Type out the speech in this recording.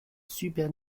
super